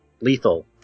Lethal